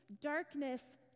darkness